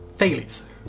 Thales